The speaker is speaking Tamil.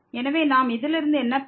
எனவே நாம் இதிலிருந்து என்ன பெறுகிறோம்